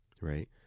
Right